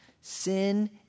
Sin